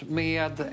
med